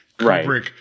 Right